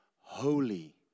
holy